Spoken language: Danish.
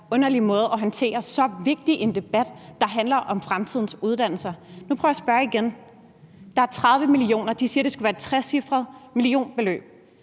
underlig måde at håndtere så vigtig en debat på, der handler om fremtidens uddannelser. Nu prøver jeg at spørge igen. Der er 30 mio. kr. De siger, at det skulle være et trecifret millionbeløb.